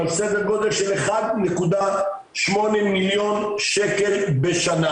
על סדר גודל של 1.8 מיליון ₪ בשנה.